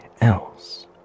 else